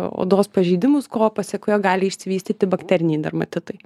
odos pažeidimus ko pasekoje gali išsivystyti bakteriniai dermatitai